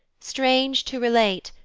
strange to relate,